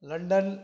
London